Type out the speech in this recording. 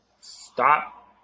stop